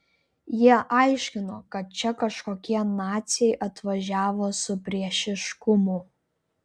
jie aiškino kad čia kažkokie naciai atvažiavo su priešiškumu